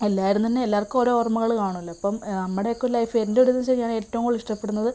എല്ലാവരും തന്നെ എല്ലാവർക്കും ഓരോ ഓർമ്മകൾ കാണുമല്ലോ ഇപ്പം നമ്മുടെയൊക്കെ ഒരു ലൈഫ് എന്റെയൊരിതെന്ന് വെച്ചുകഴിഞ്ഞാൽ ഞാൻ ഏറ്റവും കൂടുതൽ ഇഷ്ടപ്പെടുന്നത്